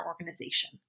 organization